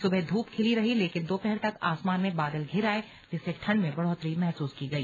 सुबह धूप खिली रही लेकिन दोपहर तक आसमान में बादल घिर आये जिससे ठंड में बढ़ोतरी महसूस की गई